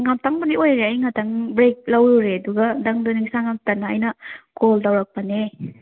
ꯉꯥꯛꯇꯪꯕꯨꯗꯤ ꯑꯣꯏꯔꯦ ꯑꯩ ꯉꯛꯇꯪ ꯕ꯭ꯔꯦꯛ ꯂꯧꯔꯨꯔꯦ ꯑꯗꯨꯒ ꯅꯪꯗꯣ ꯅꯤꯡꯁꯪꯉꯛꯇꯅ ꯑꯩꯅ ꯀꯣꯜ ꯇꯧꯔꯛꯄꯅꯦ